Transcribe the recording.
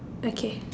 okay